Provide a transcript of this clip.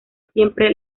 siempre